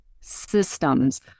systems